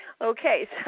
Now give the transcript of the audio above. Okay